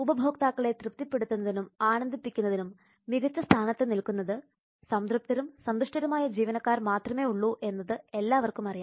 ഉപഭോക്താക്കളെ തൃപ്തിപ്പെടുത്തുന്നതിനും ആനന്ദിപ്പിക്കുന്നതിനും മികച്ച സ്ഥാനത്ത് നിൽക്കുന്നത് സംതൃപ്തരും സന്തുഷ്ടരൂമായ ജീവനക്കാർ മാത്രമേ ഉള്ളൂ എന്നത് എല്ലാവർക്കുമറിയാം